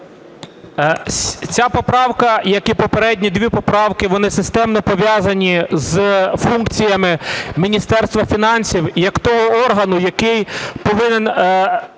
Ця поправка, як і попередні дві поправки, вони системно пов'язані з функціями Міністерства фінансів як того органу, який повинен